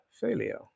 failure